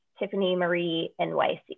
TiffanyMarieNYC